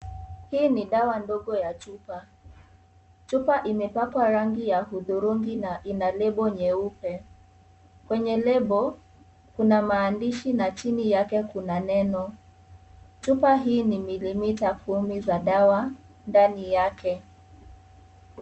Hii ni dawa ndogo ya chupa. Chupa imepakwa rangi ya hudhurungi na ina lebo nyeupe. Kwenye lebo kuna maandishi na chini yake kuna neno. Chupa hii ni milimita kumi za dawa ndani yake.